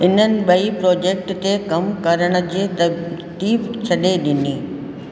इन्हनि ॿई प्रोजेक्ट ते कम करण जे तजदीब छॾे ॾिनी